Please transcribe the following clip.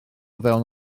fewn